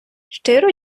щиро